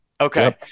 Okay